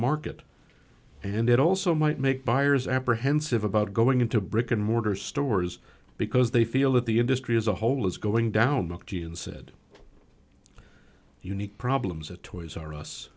market and it also might make buyers apprehensive about going into brick and mortar stores because they feel that the industry as a whole is going down mckeon said unique problems at toys r us